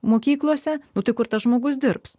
mokyklose būti kur tas žmogus dirbs